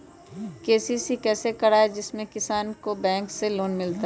KCC कैसे कराये जिसमे किसान को बैंक से लोन मिलता है?